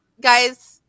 guys